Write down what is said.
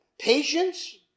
Patience